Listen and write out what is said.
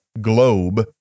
globe